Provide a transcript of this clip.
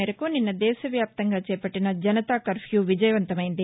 మేరకు నిన్న దేశ వ్యాప్తంగా చేపట్టిన జనతా కర్ఫ్యా విజయవంతమైంది